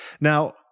Now